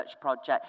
project